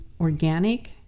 organic